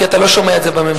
כי אתה לא שומע את זה בממשלה.